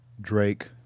Drake